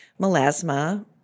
melasma